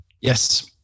Yes